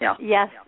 Yes